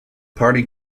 party